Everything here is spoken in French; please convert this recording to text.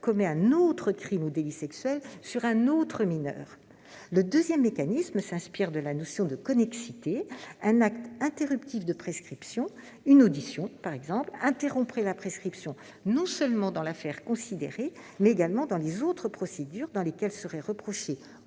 commet un autre crime ou délit sexuel sur un autre mineur. Le deuxième mécanisme s'inspire de la notion de connexité : un acte interruptif de prescription, une audition par exemple, interromprait la prescription, non seulement dans l'affaire considérée, mais également dans les autres procédures dans lesquelles serait reprochée